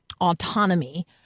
autonomy